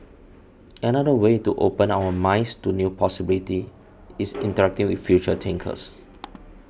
another way to open our minds to new possibilities is interacting with future thinkers